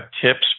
tips